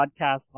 podcast